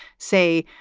say,